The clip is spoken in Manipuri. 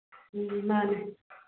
ꯎꯝ ꯃꯥꯅꯦ